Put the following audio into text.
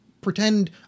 pretend